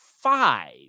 five